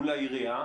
מול העירייה,